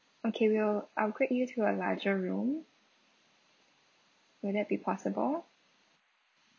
okay we'll upgrade you to a larger room will that be possible